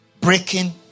Breaking